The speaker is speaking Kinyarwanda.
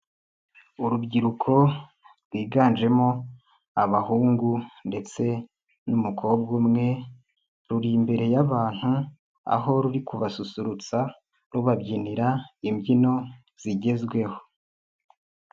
Urubyiruko rwiganjemo abahungu ndetse n'umukobwa umwe, ruri imbere y'abantu, aho ruri kubasusurutsa rubabyinira imbyino zigezweho.